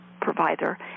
provider